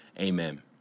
Amen